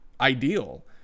ideal